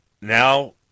now